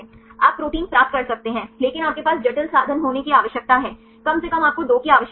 आप प्रोटीन प्राप्त कर सकते हैं लेकिन आपके पास जटिल साधन होने की आवश्यकता है कम से कम आपको 2 की आवश्यकता है